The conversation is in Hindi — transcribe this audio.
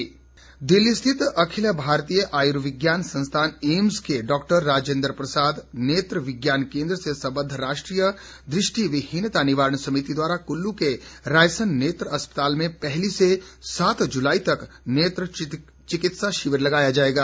नेत्र चिकित्सा दिल्ली स्थित अखिल भारतीय आयुर्विज्ञान संस्थान एम्स के डॉक्टर राजेन्द्र प्रसाद नेत्र विज्ञान केन्द्र से संबद्व राष्ट्रीय दृष्टिविहीनता निवारण समिति द्वारा कुल्लू के रायसन नेत्र अस्पताल में पहली से सात जुलाई तक नेत्र चिकित्सा शिविर लगाया जाएगा